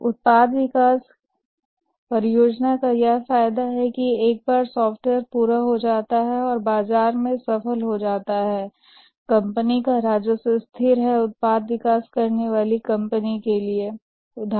उत्पाद विकास परियोजना का यह फायदा है कि एक बार सॉफ्टवेयर पूरा हो जाता है और यह बाजार में सफल होता है तो उत्पाद विकसित करने वाली कंपनी को स्थिर राजस्व मिलता है